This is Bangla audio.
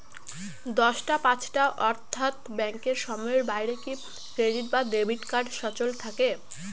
দশটা পাঁচটা অর্থ্যাত ব্যাংকের সময়ের বাইরে কি ক্রেডিট এবং ডেবিট কার্ড সচল থাকে?